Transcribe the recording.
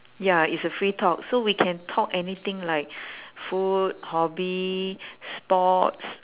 ya it's a free talk so we can talk anything like food hobby sports